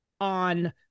on